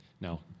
No